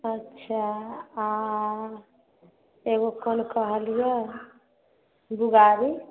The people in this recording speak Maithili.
अच्छा आओर एगो कोन कहलिए बुआरी